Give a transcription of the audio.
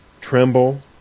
Tremble